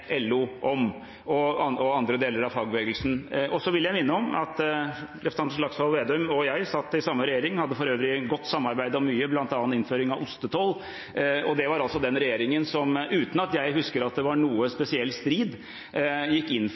og andre deler av fagbevegelsen om. Så vil jeg minne om at representanten Slagsvold Vedum og jeg satt i samme regjering – og hadde for øvrig et godt samarbeid om mye, bl.a. om innføring av ostetoll. Det var den regjeringen som – uten at jeg husker at det var noen spesiell strid – gikk inn for